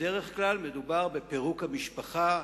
בדרך כלל מדובר בפירוק המשפחה,